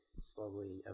slowly